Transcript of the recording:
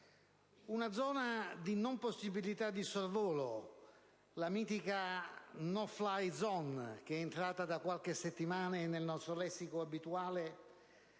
una zona di non possibilità di sorvolo, la mitica *no fly zone,* che è entrata da qualche settimana nel nostro lessico abituale,